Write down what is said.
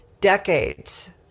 decades